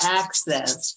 access